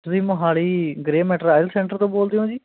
ਤੁਸੀਂ Mohali Grey Matter IELTS centre ਤੋਂ ਬੋਲਦੇ ਹੋ ਜੀ